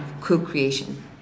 co-creation